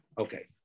Okay